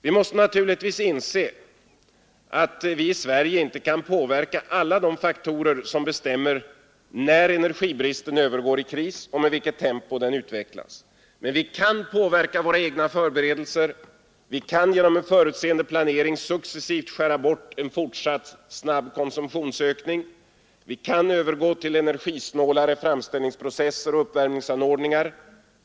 Vi måste naturligtvis inse att vi i Sverige inte kan påverka alla de faktorer som bestämmer när energibristen övergår i kris och med vilket tempo denna utvecklas. Men vi kan påverka våra egna förberedelser. Vi kan genom förutseende planering successivt skära bort en fortsatt snabb konsumtionsökning. Vi kan övergå till energisnålare framställningsprocesser och uppvärmningsanordningar.